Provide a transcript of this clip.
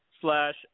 slash